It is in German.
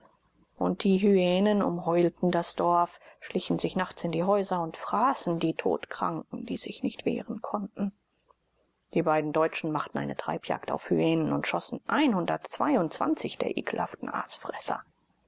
und die hyänen umheulten das dorf schlichen sich nachts in die häuser und fraßen die todkranken die sich nicht wehren konnten die beiden deutschen machten eine treibjagd auf hyänen und schossen der ekelhaften